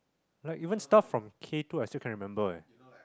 like even stuff from K Two I still can't remember ah